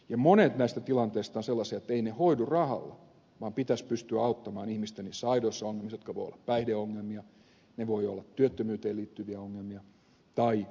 ja monet näistä tilanteista ovat sellaisia etteivät ne hoidu rahalla vaan pitäisi pystyä auttamaan ihmistä niissä aidoissa ongelmissa jotka voivat olla päihdeongelmia ne voivat olla työttömyyteen liittyviä ongelmia tai jotain muuta